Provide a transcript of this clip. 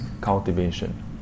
cultivation